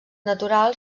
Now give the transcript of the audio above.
natural